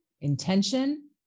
intention